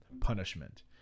punishment